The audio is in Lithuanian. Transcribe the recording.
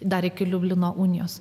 dar iki liublino unijos